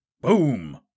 boom